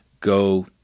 go